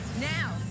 now